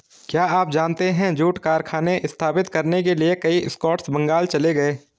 क्या आप जानते है जूट कारखाने स्थापित करने के लिए कई स्कॉट्स बंगाल चले गए?